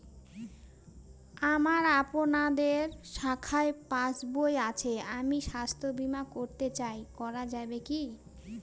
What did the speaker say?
আমার আপনাদের শাখায় পাসবই আছে আমি স্বাস্থ্য বিমা করতে চাই করা যাবে কি?